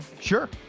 Sure